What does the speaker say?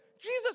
Jesus